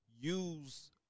use